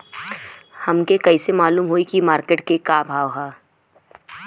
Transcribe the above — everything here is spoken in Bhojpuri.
हमके कइसे मालूम होई की मार्केट के का भाव ह?